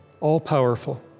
all-powerful